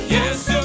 Yes